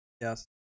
Yes